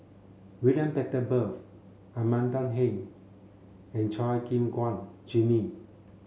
William Butterworth Amanda Heng and Chua Gim Guan Jimmy